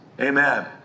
Amen